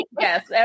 yes